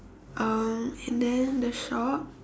um and then the shop